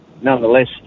nonetheless